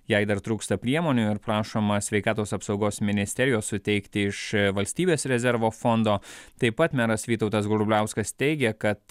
jei dar trūksta priemonių ir prašoma sveikatos apsaugos ministerijos suteikti iš valstybės rezervo fondo taip pat meras vytautas grubliauskas teigė kad